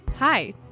Hi